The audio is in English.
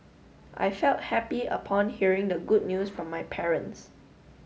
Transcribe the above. I felt happy upon hearing the good news from my parents